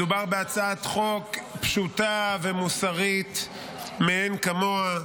מדובר בהצעת חוק פשוטה ומוסרית מאין כמוה.